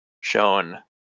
shown